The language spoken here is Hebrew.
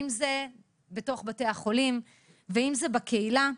אם זה בתוך בתי החולים ואם זה בקהילה,